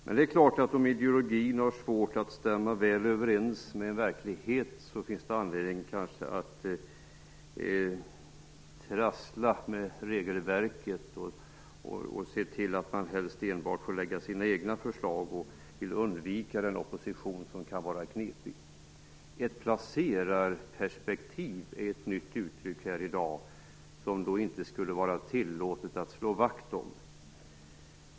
Det är klart att om ideologin har svårt att stämma överens med verkligheten finns det kanske anledning att trassla med regelverket, att se till att man helst enbart får lägga fram sina egna förslag och att försöka undvika den opposition som kan vara knepig. "Ett placerarperspektiv" är ett nytt uttryck som har använts här i dag, och detta är något som det inte skulle vara tillåtet att slå vakt om.